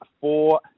four